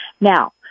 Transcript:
now